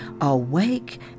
awake